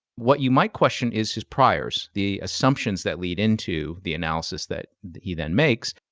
what you might question is his priors, the assumptions that lead into the analysis that he then makes.